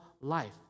life